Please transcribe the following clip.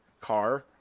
car